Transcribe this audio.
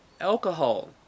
Alcohol